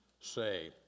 say